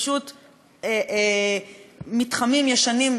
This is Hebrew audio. ופשוט מתחמים ישנים,